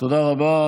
תודה רבה.